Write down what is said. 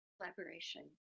collaboration